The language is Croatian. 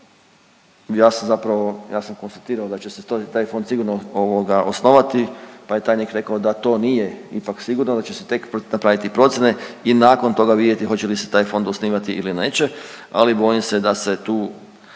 ja sam zapravo, ja sam konstatirao da će se taj fond sigurno ovoga osnovati, pa je tajnik rekao da to nije ipak sigurno, da će se tek napraviti procijene i nakon toga vidjeti hoće li se taj fond osnivati ili neće. Ali bojim se da se tu